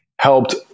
helped